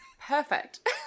Perfect